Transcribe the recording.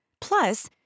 Plus